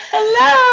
Hello